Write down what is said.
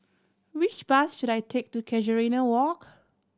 which bus should I take to Casuarina Walk